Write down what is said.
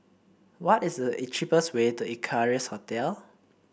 what is the cheapest way to Equarius Hotel